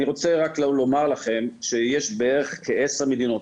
אני רוצה רק לומר לכם שיש בערך כעשר מדינות,